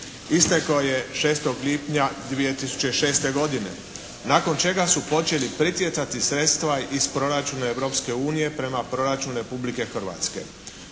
istekao je 6. lipnja 2006. godine, nakon čega su počela pritjecati sredstva iz proračuna Europske unije prema proračunu Republike Hrvatske.